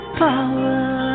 power